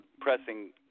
pressing